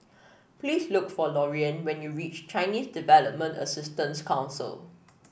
please look for Lorean when you reach Chinese Development Assistance Council